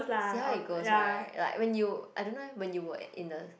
see how it goes right like when you I don't know eh when you were in the